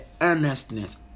earnestness